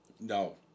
no